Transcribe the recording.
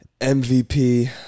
MVP